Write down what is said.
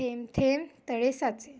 थेंबे थेंबे तळे साचे